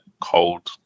cold